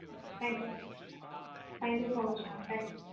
thank you ma'am thank you so much ma'am thank you